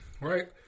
Right